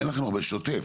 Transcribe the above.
אין לכם הרבה שוטף,